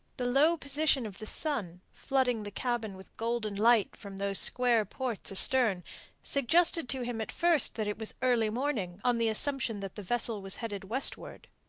the low position of the sun, flooding the cabin with golden light from those square ports astern, suggested to him at first that it was early morning, on the assumption that the vessel was headed westward.